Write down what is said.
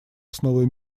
основы